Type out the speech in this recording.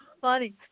funny